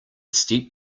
steep